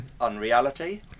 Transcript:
unreality